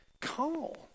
call